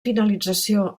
finalització